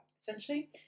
Essentially